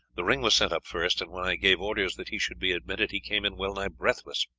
the ring was sent up first, and when i gave orders that he should be admitted he came in well-nigh breathless.